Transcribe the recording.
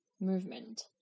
movement